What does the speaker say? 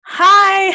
hi